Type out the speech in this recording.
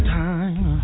time